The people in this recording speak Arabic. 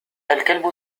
الكلب